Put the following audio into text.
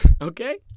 Okay